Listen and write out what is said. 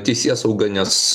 teisėsauga nes